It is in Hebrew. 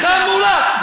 טעות חמורה.